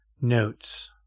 notes